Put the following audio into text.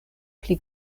pli